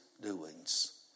doings